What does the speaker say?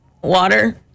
Water